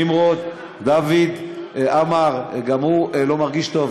נמרוד, דוד עמר, גם הוא לא מרגיש טוב.